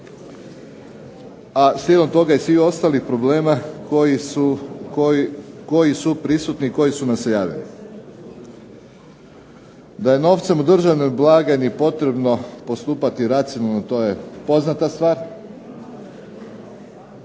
a slijedom toga i svi ostalih problema koji su prisutni i koji su ... Da je novcem u državnoj blagajni potrebno postupati racionalno to je poznata stvar,